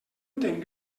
entén